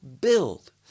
build